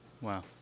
Wow